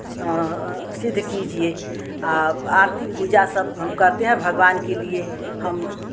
सिद्ध कीजिए आ आरती पूजा सब हम करते हैं भगवान के लिए हम